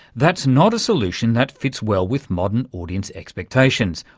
that's not a solution that fits well with modern audience expectations,